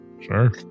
sure